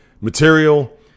material